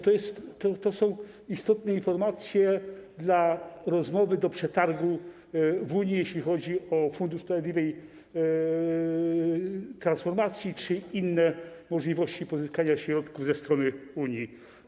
To są istotne informacje dla rozmowy o przetargu w Unii, jeśli chodzi o Fundusz Sprawiedliwej Transformacji czy inne możliwości pozyskania środków z Unii.